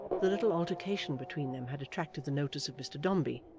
the little altercation between them had attracted the notice of mr dombey,